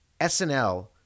SNL